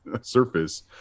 surface